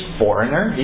foreigner